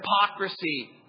hypocrisy